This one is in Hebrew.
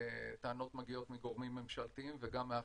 טענות מגיעות מגורמים ממשלתיים וגם מאחרים.